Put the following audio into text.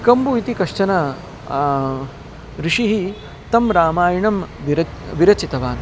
कम्बः इति कश्चनः ऋषिः तं रामायणं विर विरचितवान्